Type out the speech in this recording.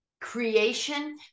creation